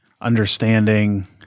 understanding